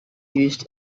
used